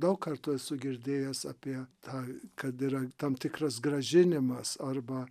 daug kartų esu girdėjęs apie tą kad yra tam tikras grąžinimas arba